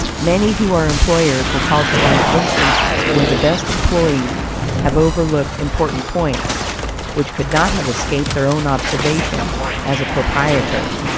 many who are employers will call to mind instances where the best employees have overlooked important points which could not have escaped their own observation as a proprietor.